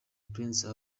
prince